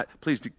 Please